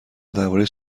درباره